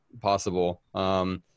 possible